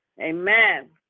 Amen